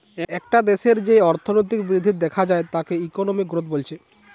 একটা দেশের যেই অর্থনৈতিক বৃদ্ধি দেখা যায় তাকে ইকোনমিক গ্রোথ বলছে